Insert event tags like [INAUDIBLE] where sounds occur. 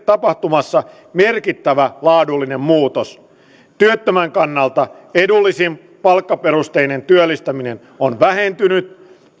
[UNINTELLIGIBLE] tapahtumassa merkittävä laadullinen muutos työttömän kannalta edullisin palkkaperustainen työllistäminen on vähentynyt